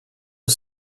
are